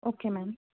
okay ma'am